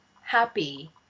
happy